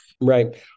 Right